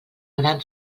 gran